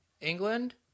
england